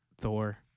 Thor